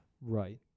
right